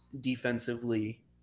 defensively